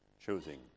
choosing